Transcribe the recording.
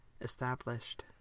established